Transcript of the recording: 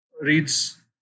reads